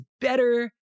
better